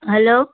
hello